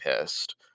pissed